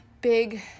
big